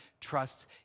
trust